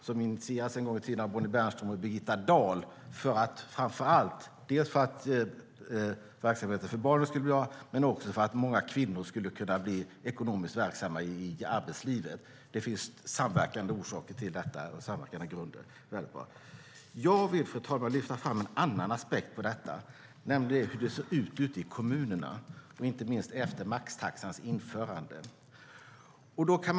Detta initierades en gång i tiden av Bonnie Bernström och Birgitta Dahl, dels för att verksamheten för barnen skulle bli bra, dels för att många kvinnor skulle kunna bli ekonomiskt verksamma i arbetslivet. Det finns samverkande orsaker till detta och samverkande grunder. Det är väldigt bra. Jag vill, fru talman, lyfta fram en annan aspekt på detta, nämligen hur det ser ut ute i kommunerna, inte minst efter maxtaxans införande. Fru talman!